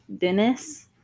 dennis